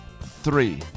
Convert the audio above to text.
three